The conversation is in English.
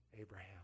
Abraham